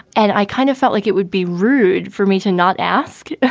and i kind of felt like it would be rude for me to not ask.